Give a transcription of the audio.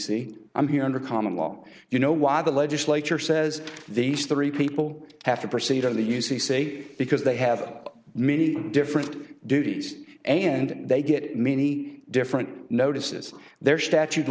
c i'm here under common law you know why the legislature says these three people have to proceed on the u c say because they have many different duties and they get many different notices their statute of